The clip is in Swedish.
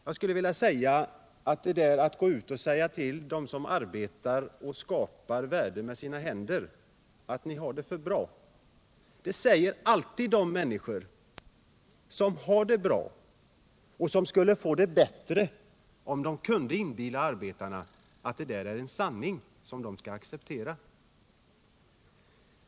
Jag skulle till dem som menar att man skall framhålla det för dem som arbetar och skapar värden med sina händer vilja säga att de som har den uppfattningen alltid är människor som har det bra och som skulle få det ännu bättre, om de kunde inbilla arbetarna att detta är en sanning som de skall acceptera.